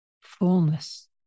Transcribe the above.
fullness